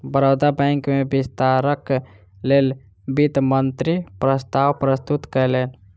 Baroda bank में विस्तारक लेल वित्त मंत्री प्रस्ताव प्रस्तुत कयलैन